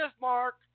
mark